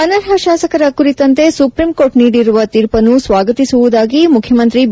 ಅನರ್ಹ ಶಾಸಕರ ಕುರಿತಂತೆ ಸುಪ್ರೀಂಕೋರ್ಟ್ ನೀಡಿರುವ ತೀರ್ಪನ್ನು ಸ್ವಾಗತಿಸುವುದಾಗಿ ಮುಖ್ಯಮಂತ್ರಿ ಬಿ